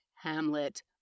Hamlet